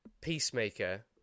Peacemaker